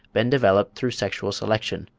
been developed through sexual selection,